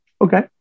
Okay